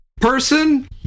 person